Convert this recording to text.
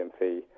fee